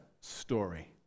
story